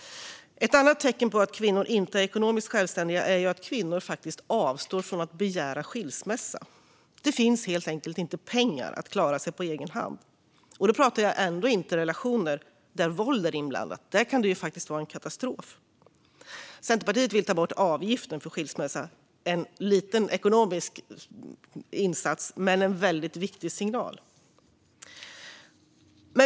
Ett annat tecken på att kvinnor inte är ekonomiskt självständiga är att kvinnor faktiskt avstår från att begära skilsmässa. Det finns helt enkelt inte pengar nog att klara sig på egen hand. Och då pratar jag ändå inte om relationer där våld är inblandat och där detta faktiskt kan innebära en katastrof. Centerpartiet vill ta bort avgiften för skilsmässa, vilket vore en liten ekonomisk insats men en väldigt viktig signal.